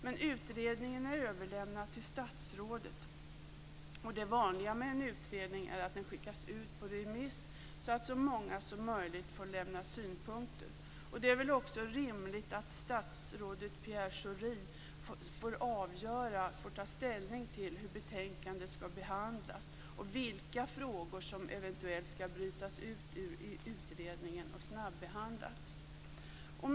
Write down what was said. Men utredningen är överlämnad till statsrådet, och det vanliga med en utredning är att den skickas ut på remiss så att så många som möjligt får lämna synpunkter. Det är väl också rimligt att statsrådet Pierre Schori får ta ställning till hur betänkandet skall behandlas och vilka frågor som eventuellt skall brytas ut ur utredningen och snabbehandlas.